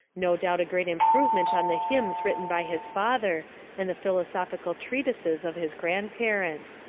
no doubt a great improvement on the hymns written by his father and the philosophical treatises of his grandparent.